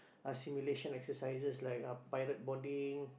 a simulation exercise like a pirate boarding